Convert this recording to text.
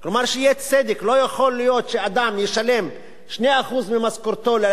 לא יכול להיות שאדם ישלם 2% ממשכורתו בשביל להגיע למקום העבודה,